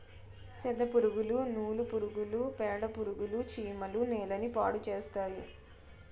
సెదపురుగులు నూలు పురుగులు పేడపురుగులు చీమలు నేలని పాడుచేస్తాయి